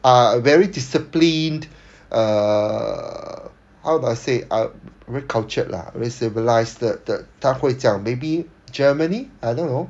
ah very disciplined err how do I say uh very cultured lah very civilised the the 他会讲 maybe germany I don't know